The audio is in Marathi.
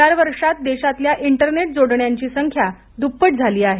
चार वर्षात देशातल्या इंटरनेट जोडण्यांची संख्या दप्पट झाली आहे